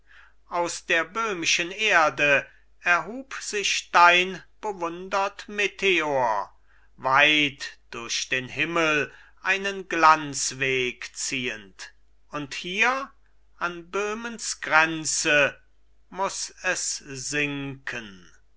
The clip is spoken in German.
aus der böhmischen erde erhub sich dein bewundert meteor weit durch den himmel einen glanzweg ziehend und hier an böhmens grenze muß es sinken